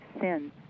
sin